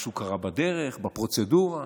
משהו קרה בדרך, בפרוצדורה.